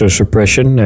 suppression